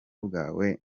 bwawe